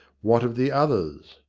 what of the others?